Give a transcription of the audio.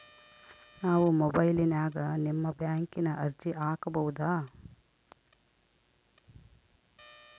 ನಾವು ಮೊಬೈಲಿನ್ಯಾಗ ನಿಮ್ಮ ಬ್ಯಾಂಕಿನ ಅರ್ಜಿ ಹಾಕೊಬಹುದಾ?